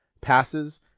passes